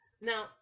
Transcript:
Now